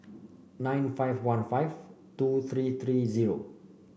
nine five one five two three three zero